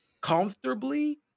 comfortably